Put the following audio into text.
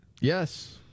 Yes